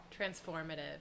transformative